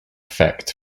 effect